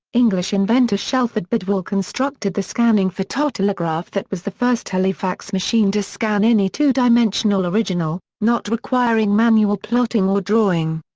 english inventor shelford bidwell constructed the scanning phototelegraph that was the first telefax machine to scan any two-dimensional original, not requiring manual plotting or drawing.